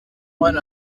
one